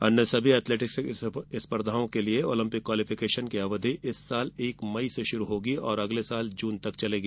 अन्य सभी एथलेटिक्स स्पर्धाओं के लिए ओलंपिक क्वालीफिकेशन की अवधि इस साल एक मई के शुरू होगी और अगले साल जून तक चलेगी